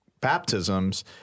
baptisms